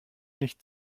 nicht